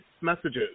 messages